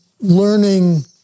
learning